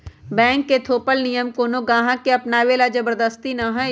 bank के थोपल नियम कोनो गाहक के अपनावे ला जबरदस्ती न हई